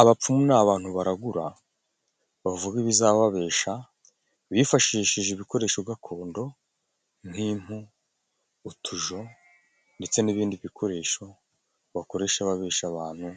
Abapfumu ni abantu baragura bavuga ibizaba, babesha bifashishije ibikoresho gakondo nk'impu, utujo ndetse n'ibindi bikoresho bakoresha babesha abantu